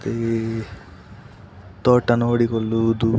ಮತ್ತು ತೋಟ ನೋಡಿಕೊಳ್ಳುವುದು